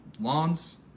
lawns